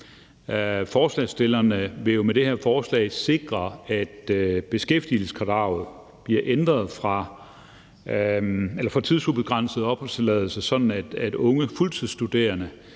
Forslagsstillerne vil jo med det her forslag sikre, at beskæftigelseskravet for tidsubegrænset opholdstilladelse bliver ændret, sådan at unge fuldtidsstuderendes